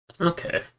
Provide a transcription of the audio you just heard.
Okay